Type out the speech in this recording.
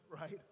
right